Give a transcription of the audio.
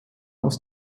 aus